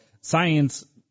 science